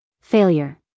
Failure